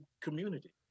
community